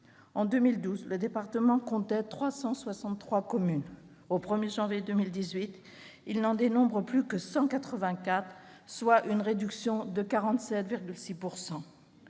En 2012, le département comptait 363 communes. Au 1 janvier 2018, il n'en dénombre plus que 184, soit une réduction de 47,6 %.